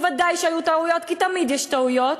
וודאי שהיו טעויות, כי תמיד יש טעויות,